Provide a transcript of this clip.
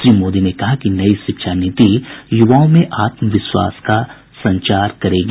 उन्होंने कहा कि नई शिक्षा नीति युवाओं में आत्मविश्वास का संचार पैदा करेगी